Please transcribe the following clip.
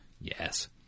Yes